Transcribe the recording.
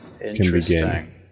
interesting